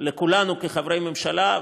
לכולנו כחברי ממשלה,